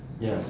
ya